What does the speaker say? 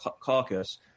Caucus